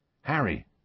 Harry